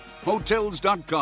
Hotels.com